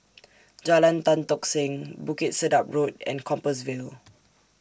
Jalan Tan Tock Seng Bukit Sedap Road and Compassvale